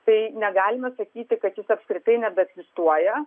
tai negalima sakyti kad jis apskritai nebeegzistuoja